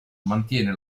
mantiene